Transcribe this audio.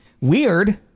Weird